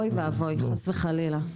אוי ואבוי חס וחלילה.